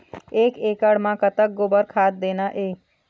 एक एकड़ म कतक गोबर खाद देना ये?